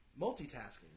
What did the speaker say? multitasking